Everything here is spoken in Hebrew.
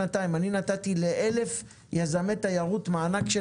שנתיים אני נתתי לאלף יזמי תיירות מענק של